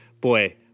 boy